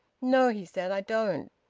no, he said, i don't.